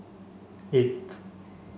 eight